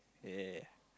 yeah